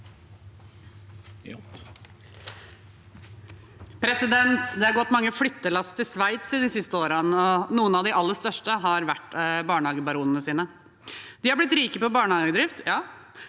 Det har gått mange flyttelass til Sveits de siste årene, og noen av de aller største har vært barnehagebaronene sine. De har blitt rike på barnehagedrift, ja,